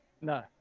No